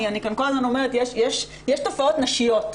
ואני כאן כל הזמן אומרת שיש תופעות נשיות.